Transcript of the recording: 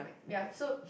ya so